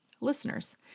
listeners